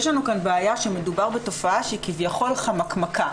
יש לנו כאן בעיה שמדובר בתופעה שהיא כביכול חמקמקה.